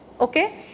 Okay